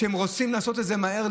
והם רוצים לעשות את זה מהר,